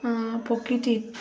প্ৰকৃতিত